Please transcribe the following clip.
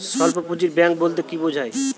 স্বল্প পুঁজির ব্যাঙ্ক বলতে কি বোঝায়?